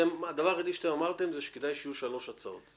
הדבר היחיד שאמרתם זה שכדאי שיהיו שלוש הצעות.